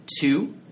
two